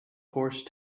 horse